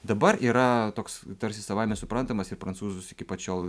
dabar yra toks tarsi savaime suprantamas ir prancūzus iki pat šiol